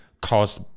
caused